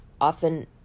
often